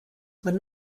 were